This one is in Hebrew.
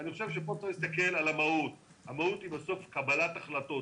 אני חושב שכאן צריך להסתכל על המהות ובסוף המהות היא קבלת החלטות,